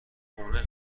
خونه